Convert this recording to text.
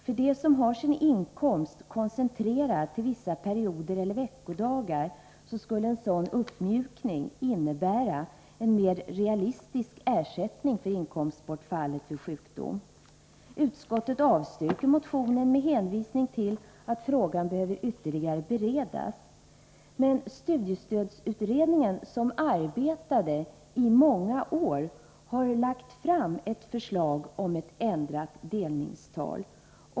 För dem som har sin inkomst koncentrerad till vissa perioder eller veckodagar skulle en sådan uppmjukning innebära en mer realistisk ersättning för inkomstbortfallet vid sjukdom. Utskottet avstyrker motionen med hänvisning till att frågan behöver ytterligare beredas. Studiestödsutredningen, som arbetade i många år, har dock lagt fram ett förslag om ett ändrat delningstal.